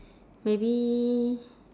maybe